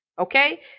okay